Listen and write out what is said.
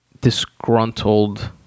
disgruntled